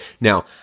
Now